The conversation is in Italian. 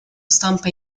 stampa